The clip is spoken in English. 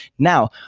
now,